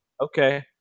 Okay